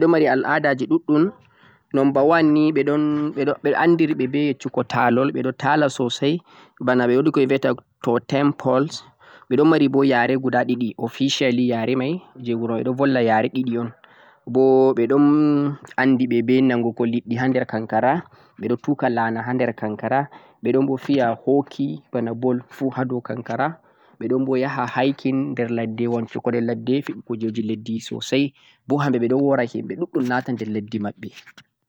Canada ni ɓe ɗo mari al'adaji ɗuɗɗum, number one ni ɓe ɗon andiri ɓe be yeccugo ta'lol, ɓe ɗo ta'la sosai bana wo'di ko ɓe viya totempols ɓe ɗo mari bo yare guda ɗiɗi officially yare mai je wuro mai ɗo volla yare yare ɗiɗi un, bo ɓe ɗon andi ɓe be nangugo liɗɗi ha der kankara ɓe tuka la'na ha der kankara ɓe ɗon bo fiya hockey bana ball fu ha dow kankara ɓe ɗon bo ya ha hacking der ladde, wancugo der ladde fiɗugo kujeji ladde sosai bo hamɓe ɓe ɗo ra himɓe wora himɓe ɗuɗɗum na'ta der maɓɓe.